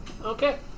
Okay